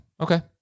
okay